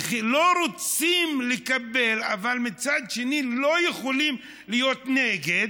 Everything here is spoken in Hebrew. לא רוצים לקבל, אבל מצד שני לא יכולים להיות נגד,